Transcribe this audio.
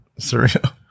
surreal